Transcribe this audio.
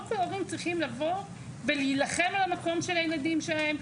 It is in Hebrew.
לא כהורים צריכים לבוא ולהילחם על המקום של הילדים שלהם,